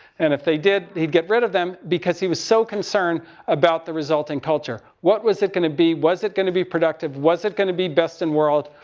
and if they did he'd get rid of them. because he was so concerned about the resulting culture. what was it going to be? was it going to be productive? was it going to be best in world?